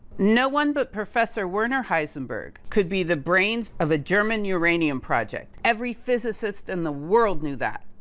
no one but professor werner heisenberg could be the brains of a german uranium project. every physicist in the world knew that.